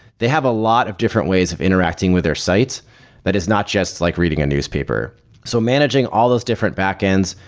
they have a lot of different ways of interacting with their sites that is not just like reading a newspaper. so managing all those different backend,